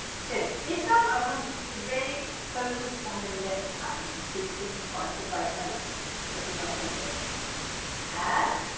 so this time um i want you to really focus on the left hand and see if we can find the right notes of the arpeggio and